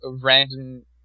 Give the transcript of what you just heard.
random